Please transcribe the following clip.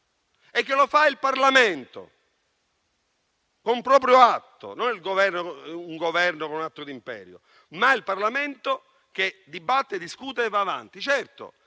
e che lo fa il Parlamento con un proprio atto: non il Governo con un atto d'imperio, ma il Parlamento, che dibatte, discute e va avanti.